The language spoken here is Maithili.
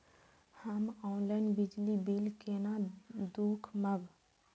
हम ऑनलाईन बिजली बील केना दूखमब?